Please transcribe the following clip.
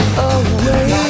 away